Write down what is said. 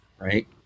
right